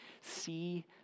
See